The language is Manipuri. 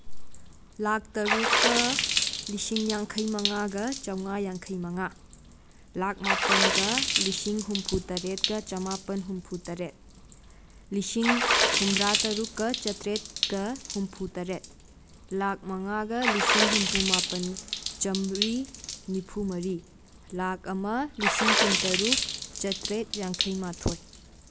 ꯂꯥꯈ ꯇꯔꯨꯛꯀ ꯂꯤꯁꯤꯡ ꯌꯥꯡꯈꯩꯃꯉꯥꯒ ꯆꯥꯝꯉꯥ ꯌꯥꯡꯈꯩꯃꯉꯥ ꯂꯥꯈ ꯃꯥꯄꯟꯒ ꯂꯤꯁꯤꯡ ꯍꯨꯝꯐꯨꯇꯔꯦꯠꯀ ꯆꯃꯥꯄꯟ ꯍꯨꯝꯐꯨꯇꯔꯦꯠ ꯂꯤꯁꯤꯡ ꯍꯨꯝꯗ꯭ꯔꯥꯇꯔꯨꯛꯀ ꯆꯇ꯭ꯔꯦꯠꯀ ꯍꯨꯝꯐꯨꯇꯔꯦꯠ ꯂꯥꯈ ꯃꯉꯥꯒ ꯂꯤꯁꯤꯡ ꯍꯨꯝꯐꯨꯃꯥꯄꯟ ꯆꯥꯝꯃꯔꯤ ꯅꯤꯐꯨꯃꯔꯤ ꯂꯥꯈ ꯑꯃ ꯂꯤꯁꯤꯡ ꯀꯨꯟꯇꯔꯨꯛ ꯆꯇ꯭ꯔꯦꯠ ꯌꯥꯡꯈꯩꯃꯥꯊꯣꯏ